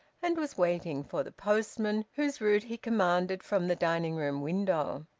and was waiting for the postman, whose route he commanded from the dining-room window.